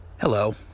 Hello